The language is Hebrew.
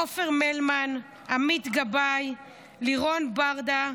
אופיר מלמן, עמית גבאי, לירון ברדה,